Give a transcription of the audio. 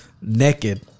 naked